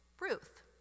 Ruth